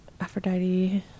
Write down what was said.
Aphrodite